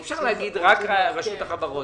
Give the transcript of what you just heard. אי אפשר לומר: רק רשות החברות.